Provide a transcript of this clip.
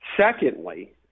Secondly